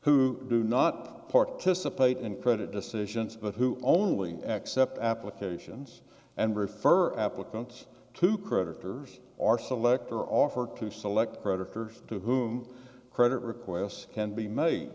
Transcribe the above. who do not participate in credit decisions but who only accept applications and refer applicants to creditors or select or offer to select creditors to whom credit requests can be made